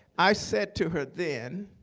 i said to her then,